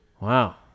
wow